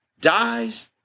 dies